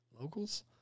locals